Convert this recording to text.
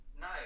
No